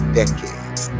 decades